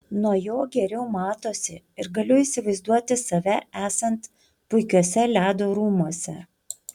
nuo jo geriau matosi ir galiu įsivaizduoti save esant puikiuose ledo rūmuose